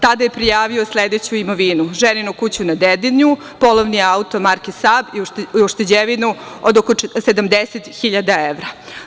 Tada je prijavio sledeću imovinu: ženinu kuću na Dedinju, polovni auto marke „Sab“ i ušteđevinu od oko 70.000 evra.